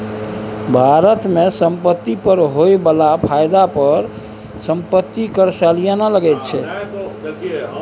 भारत मे संपत्ति पर होए बला फायदा पर संपत्ति कर सलियाना लगैत छै